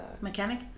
Mechanic